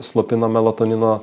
slopina melatonino